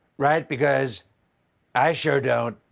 right? because i sure don't.